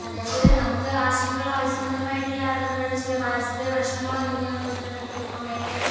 അതായത് നമുക്ക് ആശങ്കയുള്ള മത്സ്യ ബന്ധനമായിട്ടുള്ള ആ ബന്ധപ്പെട്ട ചില പാരിസ്ഥിതിക പ്രശ്നങ്ങളൊന്തൊക്കെയാണെന്ന് വച്ചിട്ടൊണ്ടെങ്കില് ഇപ്പോൾ മെയ്നായിട്ട്